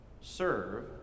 serve